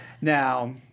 Now